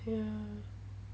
ya